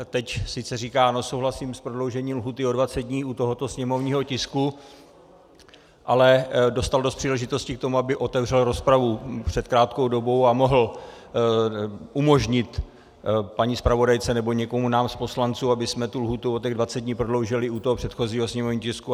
Teď sice říká souhlasím s prodloužením lhůty o dvacet dní u tohoto sněmovního tisku, ale dostal dost příležitostí k tomu, aby otevřel rozpravu před krátkou dobou a mohl umožnit paní zpravodajce nebo někomu z nás poslanců, abychom tu lhůtu o těch dvacet dní prodloužili u toho předchozího tisku.